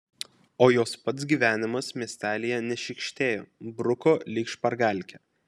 o jos pats gyvenimas miestelyje nešykštėjo bruko lyg špargalkę